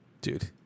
Dude